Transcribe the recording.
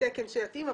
בתקן שיתאים,